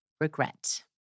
Regret